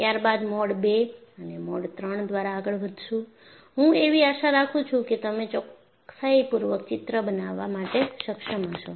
ત્યારબાદ mode II અને mode III દ્વારા આગળ વધશું હું એવી આશા રાખું છું કે તમે ચોકસાઈપૂર્વક ચિત્ર બનાવવા માટે સક્ષમ હશો